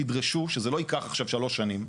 תדרשו שזה לא ייקח עכשיו שלוש שנים.